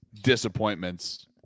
disappointments